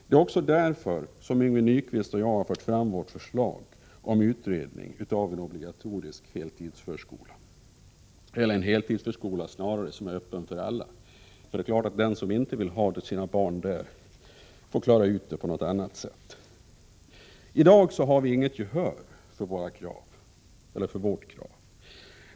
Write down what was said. Det är också därför som Yngve Nyquist och jag har fört fram vårt förslag om utredning av en obligatorisk heltidsförskola eller snarare en heltidsförskola som är öppen för alla — för det är klart att den som inte vill ha sina barn där får klara ut det hela på något annat sätt. I dag finns det inget gehör för vårt krav.